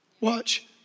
Watch